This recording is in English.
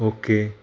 okay